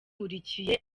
nkurikiye